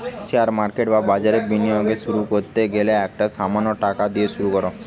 share market বা বাজারে বিনিয়োগ শুরু করতে গেলে একটা সামান্য টাকা দিয়ে শুরু করো